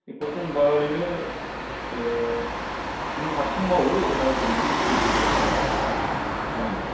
बेखौथ' होनबा ओरैनो ओह नों हारसिं मावो ना ओरैनो नो लोगोफोरजों मावो बे खामानिखौ